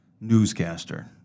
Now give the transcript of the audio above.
newscaster